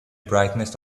brightness